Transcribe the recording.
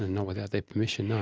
not without their permission, no.